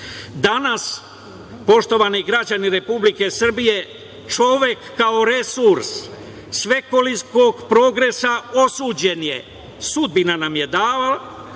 citat. Danas poštovani građani Republike Srbije čovek kao resurs, svekolikog progresa osuđen je, sudbina nam dala